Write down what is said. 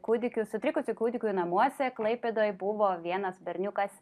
kūdikių sutrikusių kūdikių namuose klaipėdoj buvo vienas berniukas